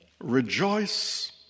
Rejoice